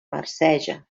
marceja